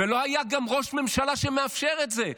ולא היה גם ראש ממשלה שמאפשר את זה.